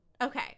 okay